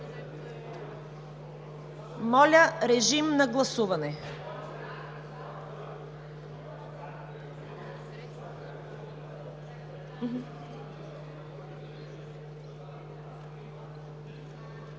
Моля, режим на гласуване